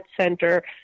Center